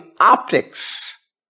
optics